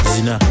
Zina